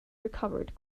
recovered